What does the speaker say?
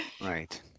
Right